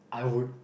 I would